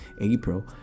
april